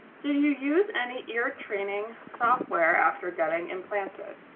do you use any ear training software after getting implanted?